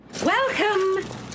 Welcome